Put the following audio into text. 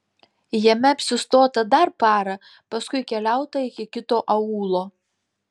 jame apsistota dar parą paskui keliauta iki kito aūlo